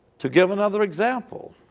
to give another example,